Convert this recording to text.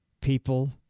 People